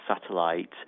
satellite